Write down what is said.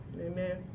Amen